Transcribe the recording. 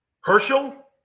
Herschel